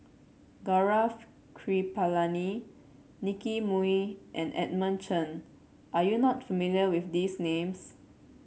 Gaurav Kripalani Nicky Moey and Edmund Chen are you not familiar with these names